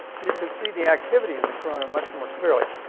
you could see the activity in the corona much more clearly.